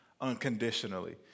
unconditionally